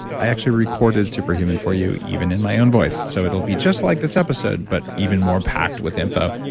i actually recorded super human for you even in my own voice. so it will be just like this episode, but even more packed with info.